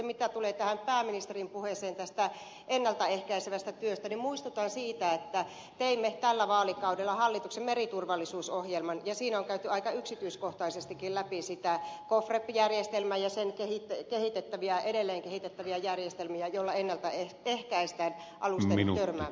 mitä tulee tähän pääministerin puheeseen tästä ennalta ehkäisevästä työstä niin muistutan siitä että teimme tällä vaalikaudella hallituksen meriturvallisuusohjelman ja siinä on käyty aika yksityiskohtaisestikin läpi sitä gofrep järjestelmää ja sen edelleen kehitettäviä järjestelmiä joilla ennalta ehkäistään alusten törmäämistä